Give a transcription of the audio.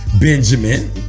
Benjamin